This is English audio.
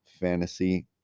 fantasy